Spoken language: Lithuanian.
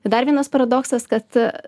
ir dar vienas paradoksas kad